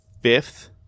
fifth